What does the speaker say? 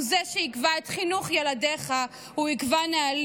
/ הוא זה שיקבע את חינוך ילדיך / הוא יקבע נהלים,